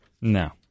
No